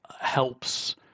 helps